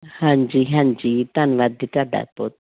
ਹਾਂਜੀ ਹਾਂਜੀ ਧੰਨਵਾਦ ਜੀ ਤੁਹਾਡਾ ਬਹੁਤ